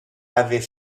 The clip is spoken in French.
avait